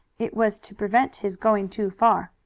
it was to prevent his going too far.